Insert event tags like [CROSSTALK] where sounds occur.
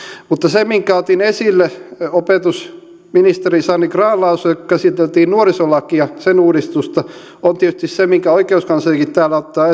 mutta se minkä otin esille opetusministeri sanni grahn laasoselle kun käsiteltiin nuorisolakia sen uudistusta on tietysti se minkä oikeuskanslerikin täällä ottaa [UNINTELLIGIBLE]